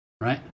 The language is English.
right